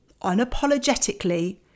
unapologetically